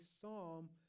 psalm